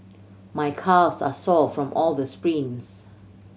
my calves are sore from all the sprints